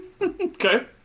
okay